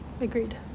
Agreed